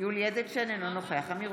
יולי יואל אדלשטיין, אינו נוכח